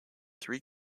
three